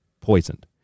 poisoned